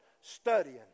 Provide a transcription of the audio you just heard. studying